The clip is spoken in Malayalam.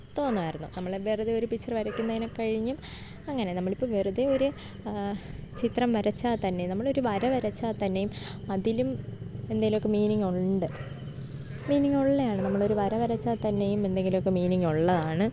തോന്നുമായിരുന്നു നമ്മൾ വെറുതെയൊരു പിക്ച്ചർ വരയ്ക്കുന്നതിനെക്കഴിഞ്ഞും അങ്ങനെ നമ്മളിപ്പം വെറുതേയൊരു ചിത്രം വരച്ചാൽത്തന്നെ നമ്മളൊരു വര വരച്ചാൽത്തന്നെയും അതിലും എന്തെങ്കിലും ഒക്കെ മീനിങ്ങുണ്ട് മീനിങ്ങുള്ളതാണ് നമ്മളൊരു വര വരച്ചാൽത്തന്നെയും എന്തെങ്കിലും ഒക്കെ മീനിങ്ങുള്ളതാണ്